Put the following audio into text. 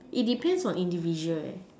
it depends on individual eh